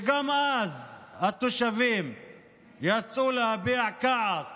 וגם אז התושבים יצאו להביע כעס